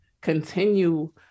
continue